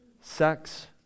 sex